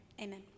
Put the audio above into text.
Amen